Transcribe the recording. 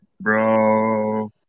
Bro